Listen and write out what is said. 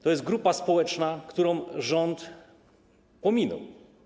To jest grupa społeczna, którą rząd pominął.